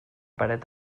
paret